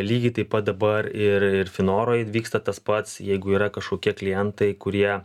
lygiai taip pat dabar ir ir finoroj vyksta tas pats jeigu yra kažkokie klientai kurie